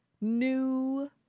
New